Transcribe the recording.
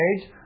age